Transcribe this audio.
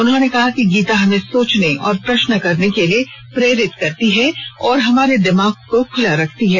उन्होंने कहा कि गीता हमें सोचने और प्रश्न करने के लिए प्रेरित करती है और हमारे दिमाग को खुला रखती है